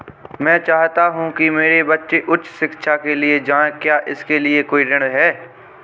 मैं चाहता हूँ कि मेरे बच्चे उच्च शिक्षा के लिए जाएं क्या इसके लिए कोई ऋण है?